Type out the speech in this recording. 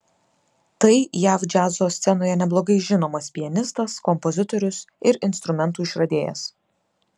tai jav džiazo scenoje neblogai žinomas pianistas kompozitorius ir instrumentų išradėjas